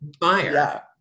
fire